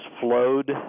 flowed